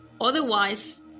Otherwise